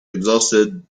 exhausted